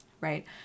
Right